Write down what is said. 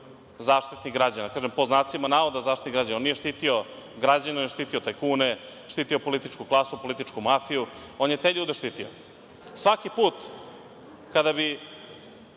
Zaštitnik građana, kažem pod znacima navoda Zaštitnik građana, on nije štitio građane, on je štitio tajkune, štitio političku klasu, političkuk mafiju. On je te ljude štitio. Svaki put kada bi